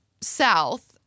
south